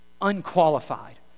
unqualified